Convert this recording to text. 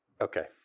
Okay